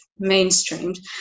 mainstreamed